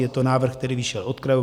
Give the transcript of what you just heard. Je to návrh, který vyšel od krajů.